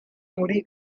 muri